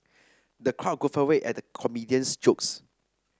the crowd guffawed at the comedian's jokes